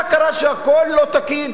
מה קרה שהכול לא תקין?